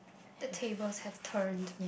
the tables have turned